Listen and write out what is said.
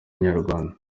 inyarwanda